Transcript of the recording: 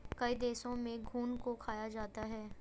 कई देशों में घुन को खाया जाता है